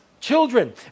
children